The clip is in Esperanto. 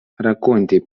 rakonti